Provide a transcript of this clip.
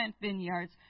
vineyards